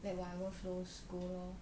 let whatever flows go lor